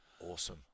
Awesome